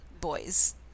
boys